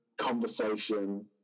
conversation